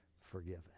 forgiven